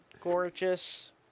gorgeous